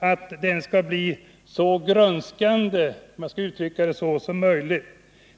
att denna skall bli så grönskande som möjligt.